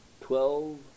twelve